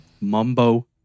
mumbo